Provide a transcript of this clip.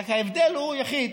רק ההבדל הוא יחיד.